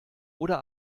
oder